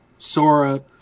Sora